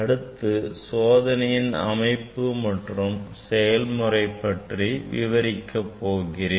அடுத்து நான் சோதனையின் அமைப்பு மற்றும் செய்முறை பற்றி விவரிக்கப் போகிறேன்